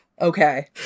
Okay